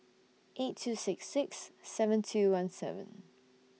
eight two six six seven two one seven